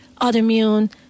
autoimmune